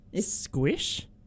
Squish